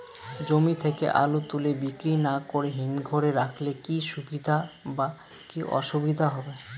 জমি থেকে আলু তুলে বিক্রি না করে হিমঘরে রাখলে কী সুবিধা বা কী অসুবিধা হবে?